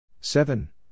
Seven